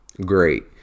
great